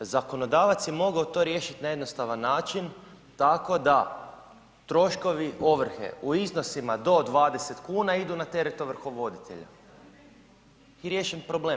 Zakonodavac je to mogao riješiti na jednostavan način tako da troškovi ovrhe u iznosima do 20 kuna idu na teret ovrhovoditelja i riješen problem.